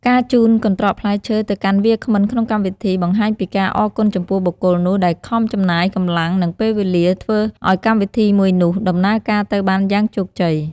ការជូនកន្ត្រកផ្លែឈើទៅកាន់វាគ្មិនក្នុងកម្មវិធី បង្ហាញពីការអរគុណចំពោះបុគ្គលនោះ ដែលខំចំណាយកម្លាំង និងពេលវេលា ធ្វើឱ្យកម្មវិធីមួយនោះដំណើរការទៅបានយ៉ាងជោគជ័យ។